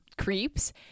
Creeps